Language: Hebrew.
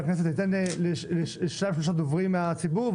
ניתן לשניים-שלושה דוברים מהציבור,